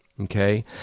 Okay